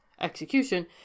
execution